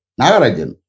Nagarajan